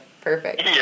perfect